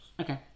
Okay